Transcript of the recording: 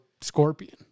scorpion